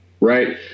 right